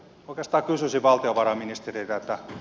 oikeastaan kysyisin valtiovarainministeriltä